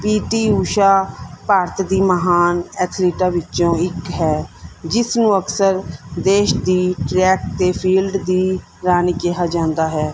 ਪੀ T Usha Bharat ਦੀ ਮਹਾਨ ਐਥਲੀਟਾਂ ਵਿੱਚੋਂ ਇੱਕ ਹੈ ਜਿਸ ਨੂੰ ਅਕਸਰ ਦੇਸ਼ ਦੀ ਟਰੈਕ ਅਤੇ ਫੀਲਡ ਦੀ ਰਾਣੀ ਕਿਹਾ ਜਾਂਦਾ ਹੈ